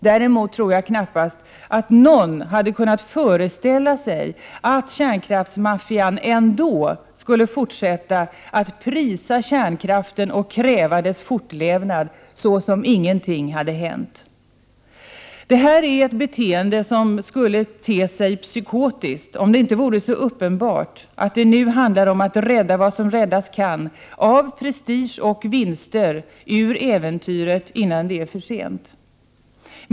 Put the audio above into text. Däremot tror jag knappast att någon hade kunnat föreställa sig att kärnkraftsmaffian ändå skulle fortsätta att prisa kärnkraften och kräva dess fortlevnad, som om ingenting hade hänt. Det här är ett beteende som skulle te sig psykotiskt, om det inte vore så uppenbart att det nu handlar om att rädda vad som räddas kan av prestige och vinster ur äventyret innan det är för sent.